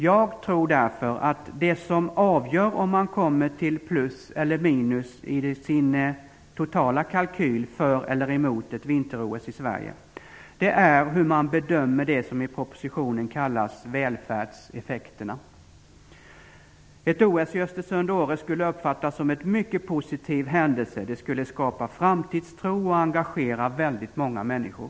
Jag tror därför att det som avgör om man kommer till plus eller minus i sin totala kalkyl för eller emot ett vinter-OS i Sverige är hur man bedömer det som i propositionen kallas välfärdseffekterna. Ett OS i Östersund/Åre skulle uppfattas som en mycket positiv händelse. Det skulle skapa framtidstro och engagera väldigt många människor.